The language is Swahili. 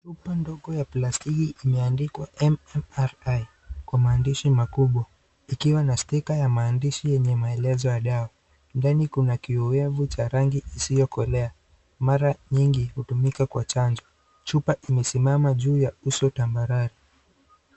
Chupa ndogo ya plastiki imeandikwa MMRI, kwa maandishi makubwa, ikiwa na sticker ya maandishi yenye maelezo ya dawa. Ndani kuna kiowevu cha rangi isiyokolea, mara nyingi hutumika kwa chanjo. Chupa imesimama juu ya uso tambarare.